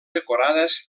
decorades